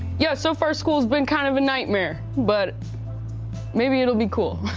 yeah, so far school's been kind of a nightmare. but maybe it'll be cool.